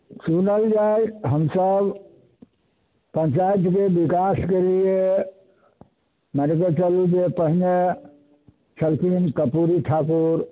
चुनल जाइ हमसब पञ्चाइतके विकासके लिए माने जइसा लीजिए पहिने छलखिन हँ कर्पूरी ठाकुर